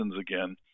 again